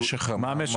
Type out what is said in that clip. מה המשך הממוצע?